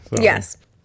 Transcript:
Yes